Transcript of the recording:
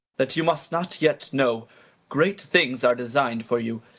that you must not yet know great things are design'd for you,